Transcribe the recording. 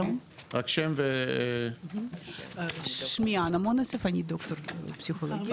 שלום, שמי אנה מונוסוב, אני דוקטור לפסיכולוגיה.